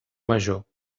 major